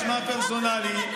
שמפרסונלי,